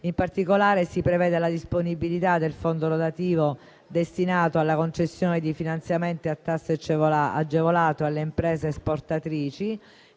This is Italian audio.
In particolare, si prevede la disponibilità del Fondo rotativo destinato alla concessione di finanziamenti a tasso agevolato alle imprese esportatrici,